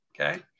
Okay